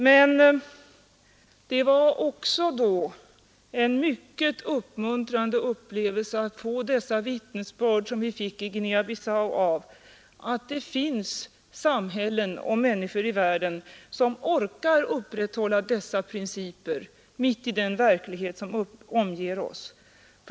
Men det var också då en mycket uppmuntrande upplevelse att få vittnesbörden i Guinea-Bissau om att det finns samhällen och människor i världen som orkar upprätthålla dessa principer mitt i den verklighet som omger oss.